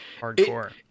hardcore